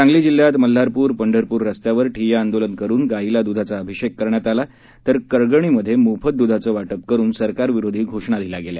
सांगली जिल्ह्यात मल्हारपूर पंढरपूर रस्त्यावर ठिय्या आंदोलन करून गाईला दुधाचा अभिषेक घालण्यात आला तर करगणीमध्ये मोफत दुधाच वाटप करून सरकारविरोधी घोषणा दिल्या गेल्या